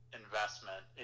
investment